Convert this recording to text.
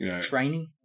Training